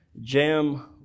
jam